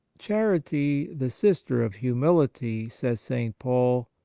charity, the sister of humility, says st. paul,